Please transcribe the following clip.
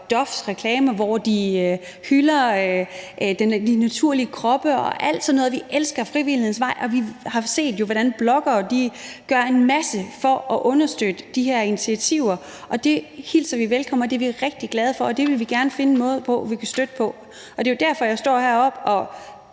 for Doves reklamer, hvor de hylder de naturlige kroppe og alt sådan noget. Vi elsker frivillighedens vej, og vi har jo set, hvordan bloggere gør en masse for at understøtte de her initiativer. Det hilser vi velkommen, og det er vi rigtig glade for, og det vil vi gerne finde en måde at støtte på. Det er derfor, jeg står heroppe og